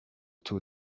two